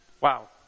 Wow